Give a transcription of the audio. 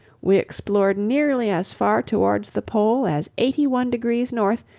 we explored nearly as far towards the pole as eighty one degrees north,